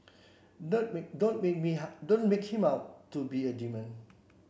don't make don't make me how don't make him out to be a demon